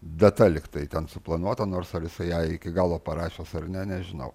data lyg tai ten suplanuota nors ar jisai ją iki galo parašęs ar ne nežinau